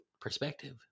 perspective